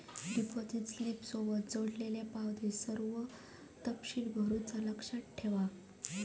deposit स्लिपसोबत जोडलेल्यो पावतीत सर्व तपशील भरुचा लक्षात ठेवा